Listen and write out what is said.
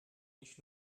nicht